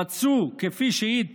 רצו, כפי שהעיד פונדק,